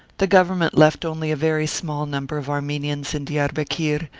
the government left only a very small number of armenians in diarbekir,